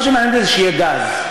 מה שמעניין אותי זה שיהיה גז,